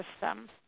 system